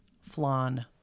flan